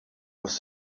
was